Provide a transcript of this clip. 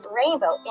rainbow